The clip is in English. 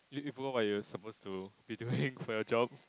you you forgot what you were supposed to be doing for your job